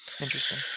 Interesting